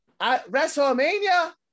WrestleMania